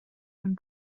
mewn